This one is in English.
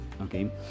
okay